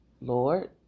Lord